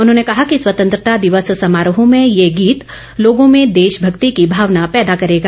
उन्होंने कहा कि स्वतंत्रता दिवस समारोह में ये गीत लोगो में देशभक्ति की भावना पैदा करेगा